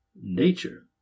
nature